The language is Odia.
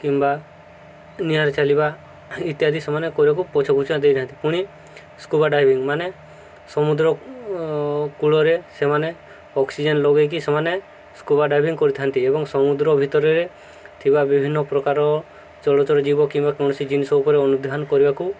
କିମ୍ବା ନିଆଁରେ ଚାଲିବା ଇତ୍ୟାଦି ସେମାନେ କରିବାକୁ ପଛଘୁଞ୍ଚା ଦେଇଥାନ୍ତି ପୁଣି ସ୍କୁବା ଡାଇଭିଂ ମାନେ ସମୁଦ୍ର କୂଳରେ ସେମାନେ ଅକ୍ସିଜେନ୍ ଲଗେଇକି ସେମାନେ ସ୍କୁବା ଡାଇଭିଂ କରିଥାନ୍ତି ଏବଂ ସମୁଦ୍ର ଭିତରରେ ଥିବା ବିଭିନ୍ନ ପ୍ରକାର ଚଳଚଳ ଜୀବ କିମ୍ବା କୌଣସି ଜିନିଷ ଉପରେ ଅନୁଧ୍ୟାନ କରିବାକୁ